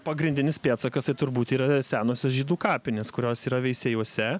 pagrindinis pėdsakas tai turbūt yra senosios žydų kapinės kurios yra veisiejuose